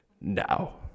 now